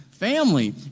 family